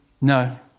No